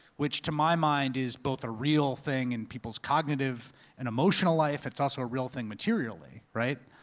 which to my mind is both a real thing in people's cognitive and emotional life, it's also a real thing materially. right?